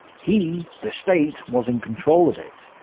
he the state was in control of it.